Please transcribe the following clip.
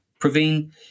Praveen